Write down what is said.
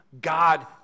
God